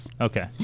Okay